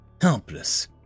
helpless